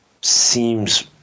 seems